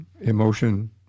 emotion